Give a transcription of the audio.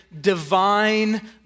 divine